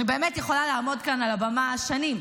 אני באמת יכולה לעמוד כאן על הבמה שנים,